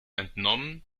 entnommen